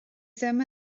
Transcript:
ddim